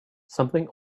something